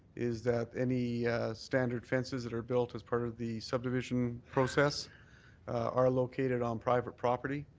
is that any standard fences that are built as part of the subdivision process are located on private property.